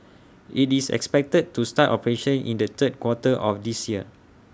IT is expected to start operations in the third quarter of this year